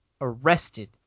arrested